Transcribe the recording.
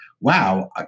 wow